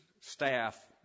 staff